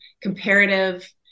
comparative